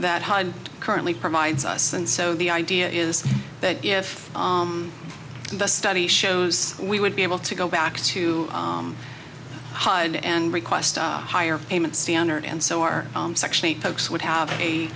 that high end currently provides us and so the idea is that if the study shows we would be able to go back to hide and request a higher payment standard and so are actually folks would have a